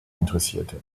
interessierte